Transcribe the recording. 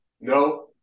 No